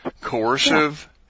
coercive